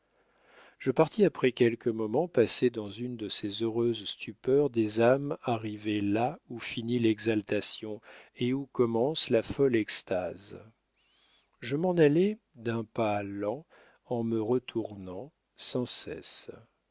je partis après quelques moments passés dans une de ces heureuses stupeurs des âmes arrivées là où finit l'exaltation et où commence la folle extase je m'en allai d'un pas lent en me retournant sans cesse